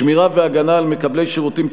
שמירה והגנה על מקבלי שירותים ציבוריים,